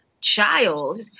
child